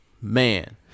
man